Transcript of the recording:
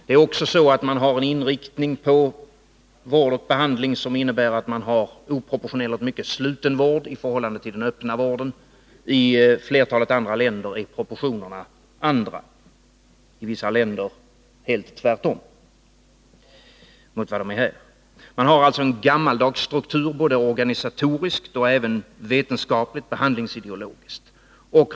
Det är också så att man har en inriktning på vård och behandling som innebär oproportionerligt mycken sluten vård i förhållande till den öppna vården. I flertalet andra länder är proportionerna andra — i vissa länder helt tvärtemot vad de är här. Man har alltså en gammaldags struktur både organisatoriskt och vetenskapligtbehandlingsideologiskt.